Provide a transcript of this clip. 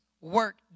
work